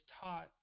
taught